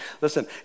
Listen